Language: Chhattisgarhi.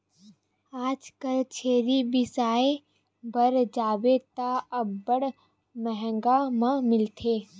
आजकल छेरी बिसाय बर जाबे त अब्बड़ मंहगा म मिलथे